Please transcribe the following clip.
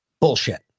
bullshit